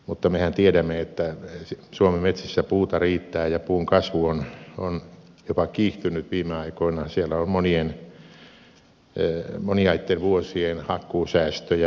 mutta mehän tiedämme että suomen metsissä puuta riittää ja puun kasvu on jopa kiihtynyt viime aikoina siellä on moniaitten vuosien hakkuusäästöjä